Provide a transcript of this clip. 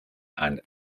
and